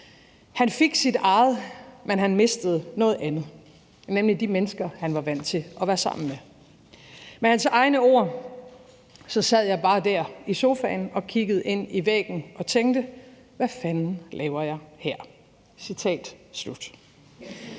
Han fik sit eget, men han mistede noget andet, nemlig de mennesker, han var vant til at være sammen med. Med hans egne ord lyder det: Så sad jeg bare der i sofaen og kiggede ind i væggen og tænkte: Hvad fanden laver jeg her? Citat slut.